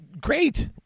Great